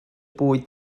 bwyd